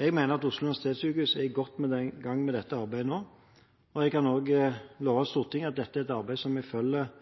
Jeg mener at Oslo universitetssykehus er godt i gang med dette arbeidet nå. Jeg kan også love Stortinget at dette er et arbeid vi følger veldig tett, som